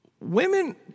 women